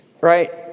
right